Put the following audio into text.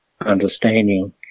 understanding